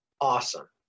awesome